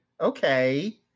Okay